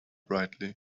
brightly